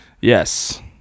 Yes